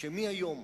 שמהיום